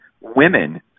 Women